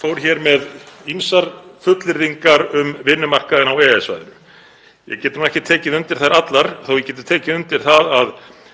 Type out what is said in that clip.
fór hér með ýmsar fullyrðingar um vinnumarkaðinn á EES-svæðinu. Ég get nú ekki tekið undir þær allar þó að ég geti tekið undir það að